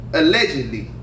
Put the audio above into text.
allegedly